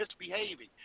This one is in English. misbehaving